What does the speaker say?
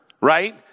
right